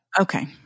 Okay